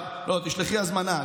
אנחנו שמחים, לא, תשלחי הזמנה.